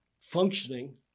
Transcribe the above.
functioning